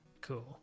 cool